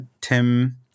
Tim